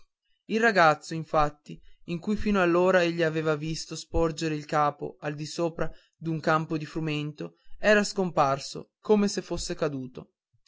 il ragazzo infatti di cui fino allora egli aveva visto sporgere il capo al disopra d'un campo di frumento era scomparso come se fosse caduto